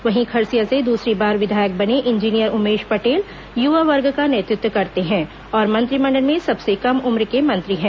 वहीं खरसिया से दूसरी बार विधायक बने इंजीनियर उमेश पटेल युवा वर्ग का नेतृत्व करते हैं और मंत्रिमंडल में सबसे कम उम्र के मंत्री हैं